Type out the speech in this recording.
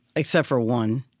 except for one.